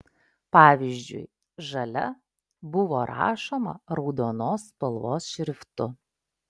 pavyzdžiui žalia buvo rašoma raudonos spalvos šriftu